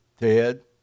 Ted